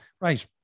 right